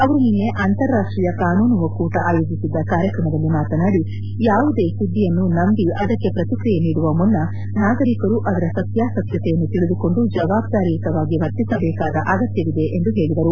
ಅವರು ನಿನ್ನೆ ಅಂತಾರಾಷ್ಟೀಯ ಕಾನೂನು ಒಕ್ಕೂಟ ಆಯೋಜಿಸಿದ್ದ ಕಾರ್ಯಕ್ರಮದಲ್ಲಿ ಮಾತನಾಡಿ ಯಾವುದೇ ಸುದ್ದಿಯನ್ನು ನಂಬಿ ಅದಕ್ಕೆ ಪ್ರತಿಕ್ರಿಯೆ ನೀಡುವ ಮುನ್ನ ನಾಗರಿಕರು ಅದರ ಸತ್ಯಾಸತ್ಯತೆಯನ್ನು ತಿಳಿದುಕೊಂಡು ಜವಾಬ್ದಾರಿಯುತವಾಗಿ ವರ್ತಿಸಬೇಕಾದ ಅಗತ್ಕವಿದೆ ಎಂದು ಹೇಳಿದರು